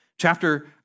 Chapter